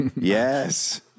Yes